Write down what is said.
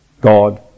God